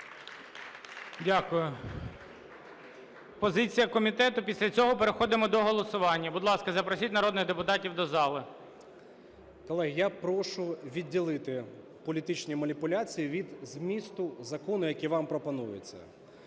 Дякую. Позиція комітету, після цього переходимо до голосування. Будь ласка, запросіть народних депутатів до зали. 12:54:40 МОНАСТИРСЬКИЙ Д.А. Колеги, я прошу відділити політичні маніпуляції від змісту закону, який вам пропонується.